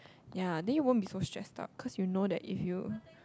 ya then you won't be so stress up cause you know that if you